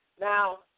Now